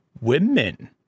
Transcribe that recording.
women